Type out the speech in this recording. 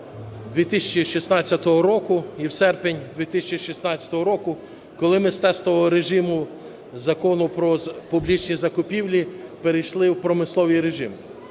2016 року і в серпень 2016 року, коли ми з тестового режиму Закону "Про публічні закупівлі" перейшли в промисловий режим.